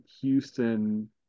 Houston